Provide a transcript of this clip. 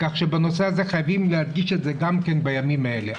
כך שבנושא הזה חייבים להדגיש את זה גם כן בימים האלה.